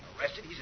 arrested